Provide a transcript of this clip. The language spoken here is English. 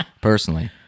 personally